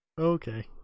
Okay